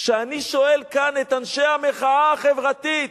שאני שואל כאן את אנשי המחאה החברתית: